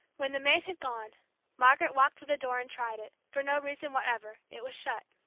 when the maid had gone margaret walked to the door and tried it, for no reason whatever it was shut.